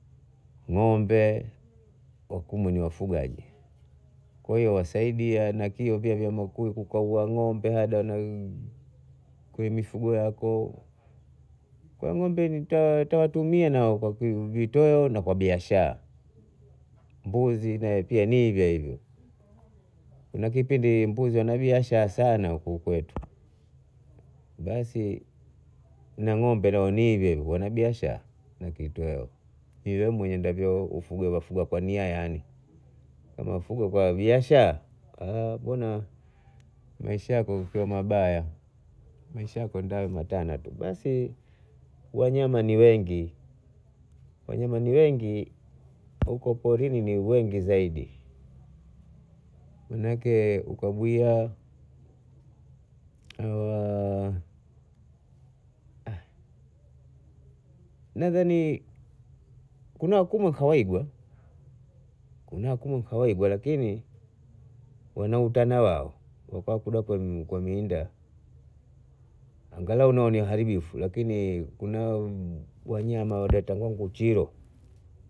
Ng'ombe wakumwona wafugaji kwa hiyo wasaidia na kio ng'ombe hada kwenye mifugo yako, kwa ng'ombe nita nitawatumia nao kwa vitoeo na biashara, mbuzi nae pia ni hivyo hivyo. Kuna kipindi mbuzi wana biashara sana huku kwetu basi na ng'ombe nao ni hivyo hivyo wana biashara na kitoeo, ni we mwenye undavyo ufu- fugavyo kwa nia yane kama wafuga kwa biashara mbona Maisha yako yakiwa mabaya, Maisha yako ndo hayo matana tu. Basi wanyama ni wengi, wanyama ni wengi huko porini ni wengi Zaidi maana ake ukabwia hawa nadhani kuna wakumweka wegwa kuna wakumweka wegwa lakini wanautana wao wakaudakwa mienda angalau wao nao ni wa haribifu lakini kuna wanyama wagaitwagwa nguchiro